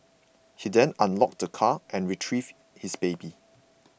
he then unlocked the car and retrieved his baby